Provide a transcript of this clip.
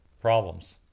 problems